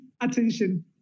attention